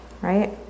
right